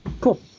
cool